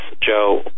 Joe